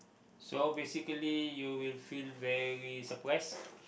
so basically you will feel very surprise